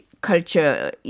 Culture